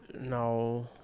No